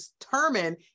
determine